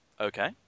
Okay